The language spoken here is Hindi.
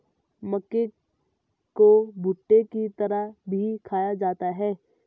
मक्के को भुट्टे की तरह भी खाया जाता है